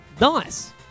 Nice